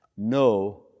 No